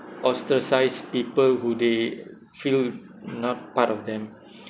ostracise people who they feel not part of them